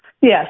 Yes